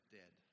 dead